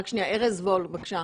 רק שנייה, ארז וול, בבקשה.